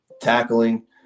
tackling